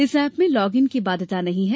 इस एप में log in की बाध्यता नहीं है